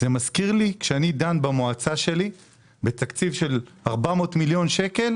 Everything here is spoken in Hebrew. זה מזכיר לי כשאני דן במועצה שלי בתקציב של 400 מיליון שקל